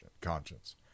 conscience